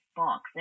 box